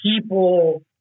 people